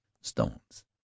stones